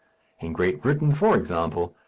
in great britain, for example,